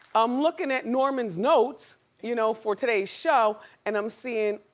i'm looking at norman's notes you know for today's show and i'm seeing,